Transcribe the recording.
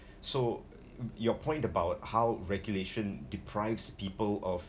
so your point about how regulation deprives people of